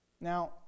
Now